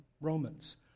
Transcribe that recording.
Romans